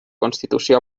constitució